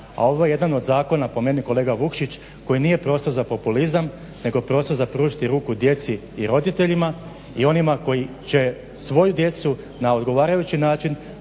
A ovo je jedan od zakona, po meni kolega Vukšić koji nije prosto za populizam, nego je prosto za pružiti ruku djeci i roditeljima, i onima koji će svoju djecu na odgovarajući način